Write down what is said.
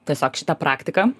tiesiog šitą praktiką